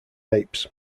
apes